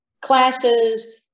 classes